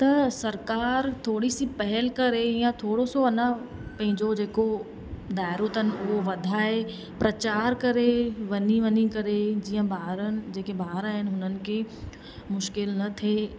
त सरकार थोड़ी सी पहल करे या थोरो सो अञा पंहिंजो जेको दायरो अथनि उहो वधाए प्रचार करे वञी वञी करे जीअं ॿारनि जेके ॿार आहिनि हुननि खे मुशकिल न थिए